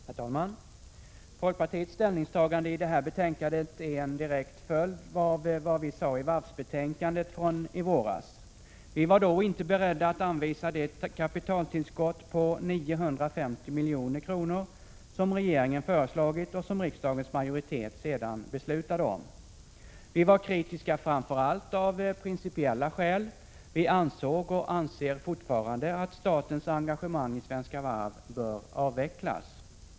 Herr talman! Folkpartiets ställningstaganden i det här betänkandet är en direkt följd av vad vi sade i varvsbetänkandet från i våras. Vi var då inte beredda att anvisa det kapitaltillskott på 950 milj.kr. som regeringen föreslagit och som riksdagens majoritet sedan beslutade om. Vi var kritiska framför allt av principiella skäl. Vi ansåg — och anser fortfarande — att statens engagemang i Svenska Varv bör avvecklas.